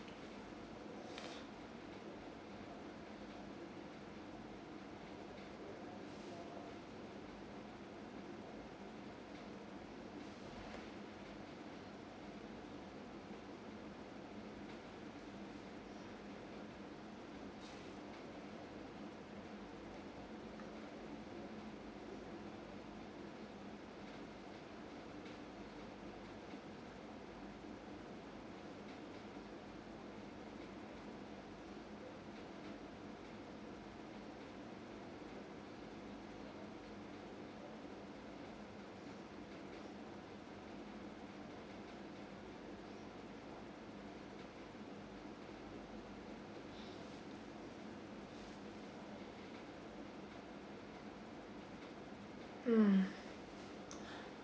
mm